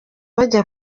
bajya